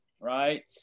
right